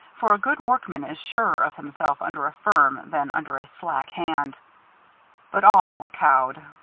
for a good workman is surer of himself under a firm than under a slack hand but all were cowed.